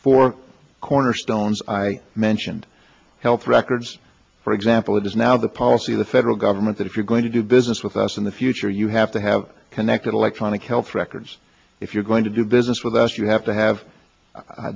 four cornerstones i mentioned health records for example it is now the policy of the federal government that if you're going to do business with us in the future you have to have connected electronic health records if you're going to do business with us you have to have